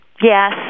Yes